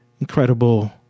incredible